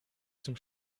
zum